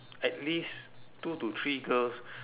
at least two to three girls